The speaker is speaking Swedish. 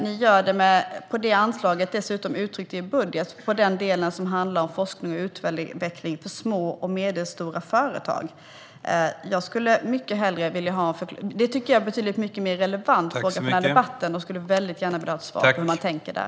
Ni gör det på det anslaget dessutom uttryckt i er budget på den delen som handlar om forskning och utveckling för små och medelstora företag. Det är betydligt mer relevant för den här debatten. Jag skulle gärna vilja ha ett svar på hur man tänker där.